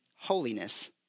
holiness